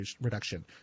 reduction